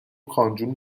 خانجون